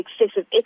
excessive